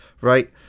Right